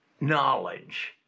knowledge